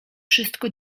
wszystko